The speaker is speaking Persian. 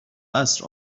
عصر